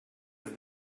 have